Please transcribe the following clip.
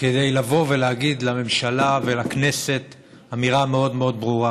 כדי לבוא ולהגיד לממשלה ולכנסת אמירה מאוד מאוד ברורה: